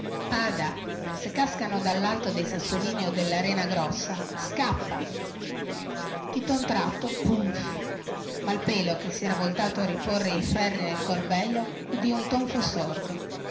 attento se cascano dallalto dei sassolini o della rena grossa tutta un tratto non disse più nulla e malpelo che si era voltato a riporre i ferri nel corbello udì un rumore sordo